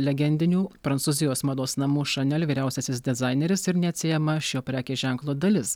legendinių prancūzijos mados namų šanel vyriausiasis dizaineris ir neatsiejama šio prekės ženklo dalis